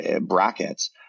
brackets